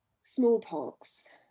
Smallpox